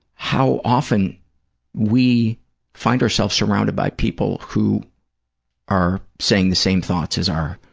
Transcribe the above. how often we find ourselves surrounded by people who are saying the same thoughts as our,